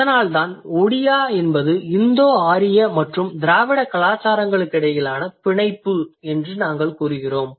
அதனால்தான் ஒடிசா என்பது இந்தோ ஆரிய மற்றும் திராவிட பண்பாடுகளுக்கிடையேயான இணைப்பு என்று கூறுகிறோம்